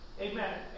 Amen